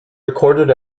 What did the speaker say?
recorded